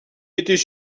était